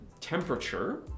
temperature